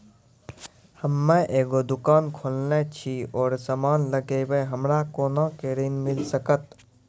हम्मे एगो दुकान खोलने छी और समान लगैबै हमरा कोना के ऋण मिल सकत?